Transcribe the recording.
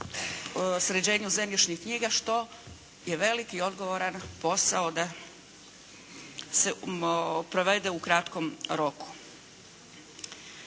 sređenju zemljišnih knjiga što je velik i odgovoran posao da se provede u kratkom roku.